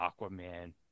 Aquaman